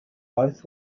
both